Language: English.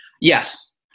Yes